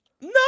No